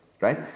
right